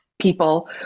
people